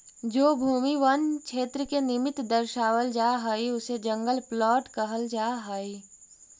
जो भूमि वन क्षेत्र के निमित्त दर्शावल जा हई उसे जंगल प्लॉट कहल जा हई